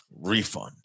Refund